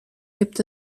gibt